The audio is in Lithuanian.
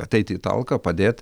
ateiti į talką padėt